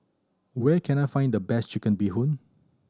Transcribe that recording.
where can I find the best Chicken Bee Hoon